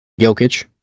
Jokic